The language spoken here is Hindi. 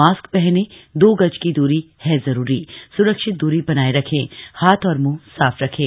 मास्क पहने दो गज की दूरी है जरूरी सुरक्षित दूरी बनाए रखें हाथ और मुंह साफ रखें